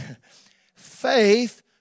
Faith